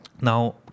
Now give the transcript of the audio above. Now